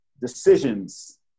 decisions